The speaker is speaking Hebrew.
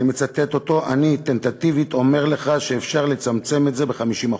אני מצטט אותו: אני טנטטיבית אומר לך שאפשר לצמצם את זה ב-50%.